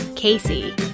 Casey